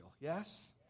yes